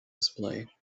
display